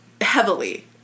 Heavily